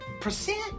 percent